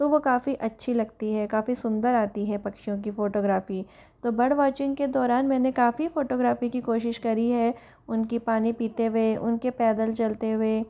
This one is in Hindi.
तो वो काफ़ी अच्छी लगती है काफ़ी सुंदर आती है पक्षियों की फ़ोटोग्राफी तो बर्ड वाचिंग के दौरान मैंने काफ़ी फ़ोटोग्राफी की कोशिश करी है उनके पानी पीते हुए उनके पैदल चलते हुए